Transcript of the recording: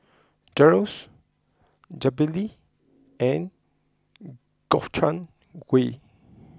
Gyros Jalebi and Gobchang Gui